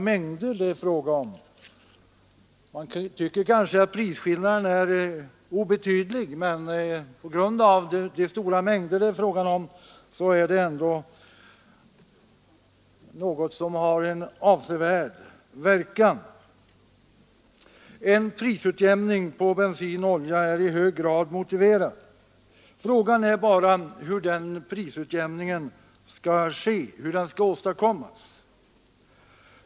Man tycker kanske att prisskillnaden är obetydlig, men på grund av de stora mängder det är fråga om blir det ändå en avsevärd verkan. En prisutjäm ning på bensin och olja är i hög grad motiverad. Frågan är bara hur den prisutjämningen skall åstadkommas.